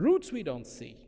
roots we don't see